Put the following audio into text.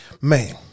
man